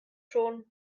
schon